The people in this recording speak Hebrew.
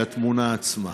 את התמונה עצמה.